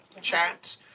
chat